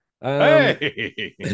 Hey